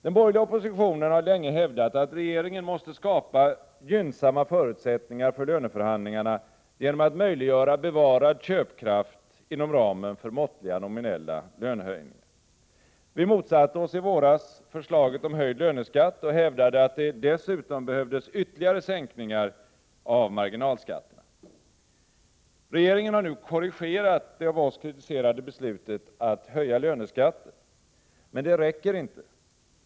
Den borgerliga oppositionen har länge hävdat att regeringen måste skapa gynnsamma förutsättningar för löneförhandlingarna genom att möjliggöra bevarad köpkraft inom ramen för måttliga nominella lönehöjningar. Vi motsatte oss i våras förslaget om höjd löneskatt och hävdade att det dessutom behövdes ytterligare sänkningar av marginalskatterna. Regeringen har nu korrigerat det av oss kritiserade beslutet att höja löneskatten. Men det räcker inte.